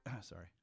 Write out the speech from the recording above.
Sorry